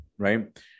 Right